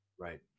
Right